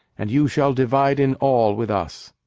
and you shall divide in all with us.